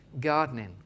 gardening